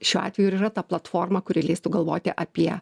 šiuo atveju ir yra ta platforma kuri leistų galvoti apie